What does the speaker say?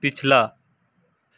پچھلا